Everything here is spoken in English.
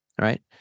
right